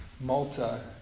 Malta